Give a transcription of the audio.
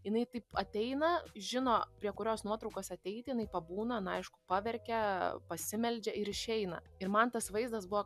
jinai taip ateina žino prie kurios nuotraukos ateiti jinai pabūna na aišku paverkia pasimeldžia ir išeina ir man tas vaizdas buvo